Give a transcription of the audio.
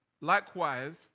Likewise